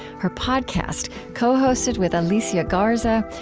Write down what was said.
her podcast, co-hosted with alicia garza,